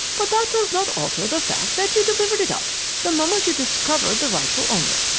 but that does not alter the fact that you delivered it up the moment you discovered the rightful owner.